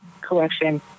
collection